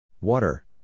Water